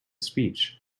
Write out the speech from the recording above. speech